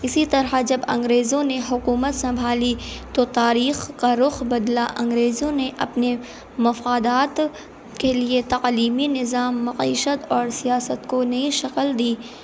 اسی طرح جب انگریزوں نے حکومت سنبھالی تو تاریخ کا رخ بدلا انگریزوں نے اپنے مفادات کے لیے تعلیمی نظام معیشت اور سیاست کو نئی شکل دی